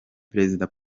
perezida